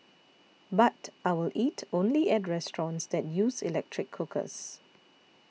but I will eat only at restaurants that use electric cookers